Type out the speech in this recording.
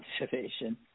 observation